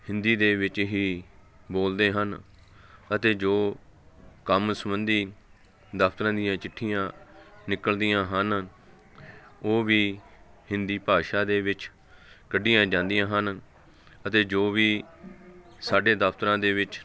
ਹਿੰਦੀ ਦੇ ਵਿੱਚ ਹੀ ਬੋਲਦੇ ਹਨ ਅਤੇ ਜੋ ਕੰਮ ਸੰਬੰਧੀ ਦਫਤਰਾਂ ਦੀਆਂ ਚਿੱਠੀਆਂ ਨਿਕਲਦੀਆਂ ਹਨ ਉਹ ਵੀ ਹਿੰਦੀ ਭਾਸ਼ਾ ਦੇ ਵਿੱਚ ਕੱਢੀਆਂ ਜਾਂਦੀਆਂ ਹਨ ਅਤੇ ਜੋ ਵੀ ਸਾਡੇ ਦਫਤਰਾਂ ਦੇ ਵਿੱਚ